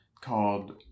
called